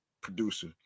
producer